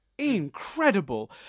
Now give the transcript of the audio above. incredible